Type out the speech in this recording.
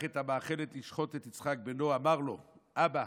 את המאכלת לשחֺט את בנו": "אמר לו: אבא,